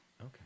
Okay